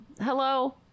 hello